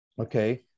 Okay